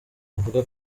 avuga